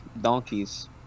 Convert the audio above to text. donkeys